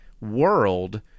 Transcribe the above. world